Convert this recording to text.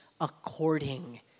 according